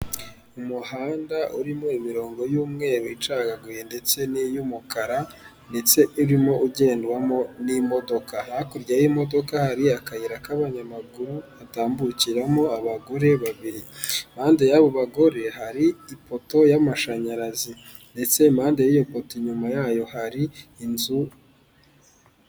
Umuhanda urimo imirongo y'umweru icagaguye ndetse n'iy'umukara ndetse urimo ugendwamo n'imodoka. Hakurya y'imodoka hari akayira k'abanyamaguru hatambukiramo abagore babiri. Impande y'abo bagore hari ipoto y'amashanyarazi ndetse impande y'iyo poto inyuma yayo hari inzu.